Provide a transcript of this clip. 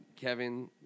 Kevin